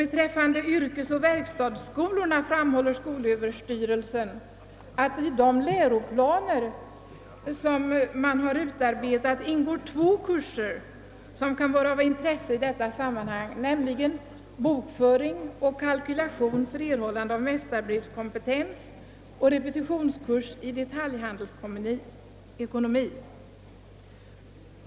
Beträffande yrkesoch verkstadsskolorna framhåller skolöverstyrelsen att i de läroplaner för deltidskurser som ut arbetats ingår två kurser som kan vara av intresse i detta sammanhang, nämligen bokföring och kalkylation för erhållande av mästarbrevskompetens och repetitionskurs i detaljhandelsekonomi.